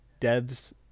devs